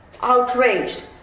outraged